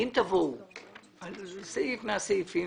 אם תבואו עם סעיף מהסעיפים,